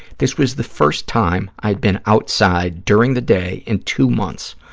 this was the first time i had been outside during the day in two months.